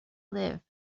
live